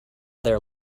there